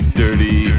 dirty